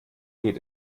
geht